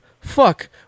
Fuck